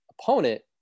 opponent